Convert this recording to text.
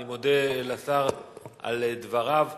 אני מודה לשר על דבריו.